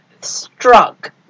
struck